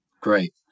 great